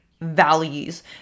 values